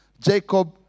Jacob